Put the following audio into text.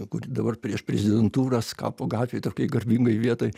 kur dabar prieš prezidentūrą skapo gatvėj tokioj garbingoj vietoj